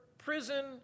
prison